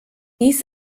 dies